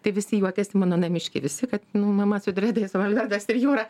tai visi juokiasi mano namiškiai visi kad mama su dredais molbertas ir jūra